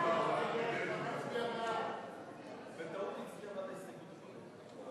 הוא בטעות הצביע בעד ההסתייגות הקודמת.